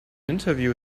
interview